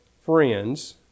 friends